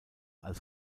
als